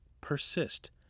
Persist